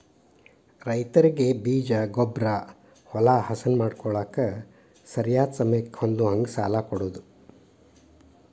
ರೈತರಿಗೆ ಬೇಜ, ಗೊಬ್ಬ್ರಾ, ಹೊಲಾ ಹಸನ ಮಾಡ್ಕೋಳಾಕ ಸರಿಯಾದ ಸಮಯಕ್ಕ ಹೊಂದುಹಂಗ ಸಾಲಾ ಕೊಡುದ